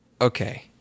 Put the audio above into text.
okay